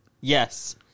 Yes